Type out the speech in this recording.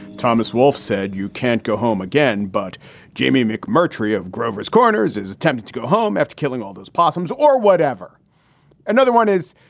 thomas wolfe said you can't go home again. but jamie mcmurtry of grover's corners is tempted to go home after killing all those possums or whatever another one is.